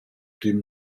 dem